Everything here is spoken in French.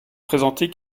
présenter